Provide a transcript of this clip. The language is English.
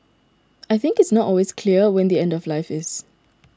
I think it's not always clear when the end of life is